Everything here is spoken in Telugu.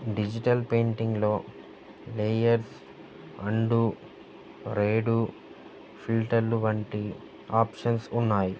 డిజిటల్ పెయింటింగ్లో లేయర్స్ అండూ రేడూ ఫిల్టర్లు వంటి ఆప్షన్స్ ఉన్నాయి